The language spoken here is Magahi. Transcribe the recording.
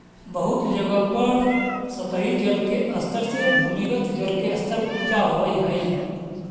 बहुत जगह पर सतही जल के स्तर से भूमिगत जल के स्तर ऊँचा होवऽ हई